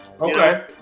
Okay